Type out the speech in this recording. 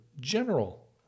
general